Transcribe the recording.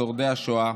שורדי השואה,